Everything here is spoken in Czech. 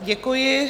Děkuji.